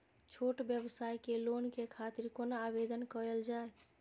छोट व्यवसाय के लोन के खातिर कोना आवेदन कायल जाय?